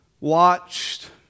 watched